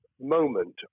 moment